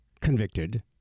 Convicted